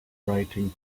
writing